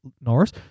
Norris